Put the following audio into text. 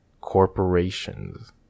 corporations